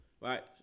Right